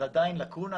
זה עדיין לקונה.